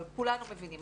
אבל כולנו מבינים,